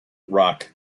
rock